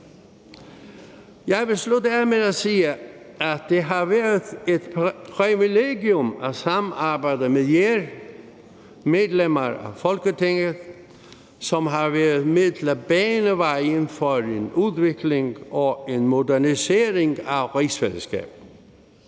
Jeg vil slutte af med at sige, at det har været et privilegium at samarbejde med jer medlemmer af Folketinget, som har været med til at bane vejen for en udvikling og en modernisering af rigsfællesskabet,